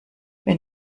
wenn